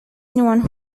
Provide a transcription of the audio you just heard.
anyone